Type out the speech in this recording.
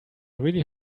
really